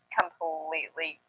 completely